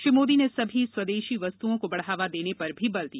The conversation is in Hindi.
श्री मोदी ने सभी स्वदेशी वस्तुओं को बढ़ावा देने पर भी बल दिया